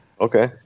Okay